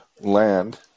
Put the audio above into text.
land